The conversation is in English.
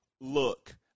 look